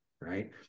right